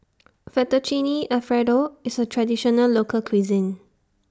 Fettuccine Alfredo IS A Traditional Local Cuisine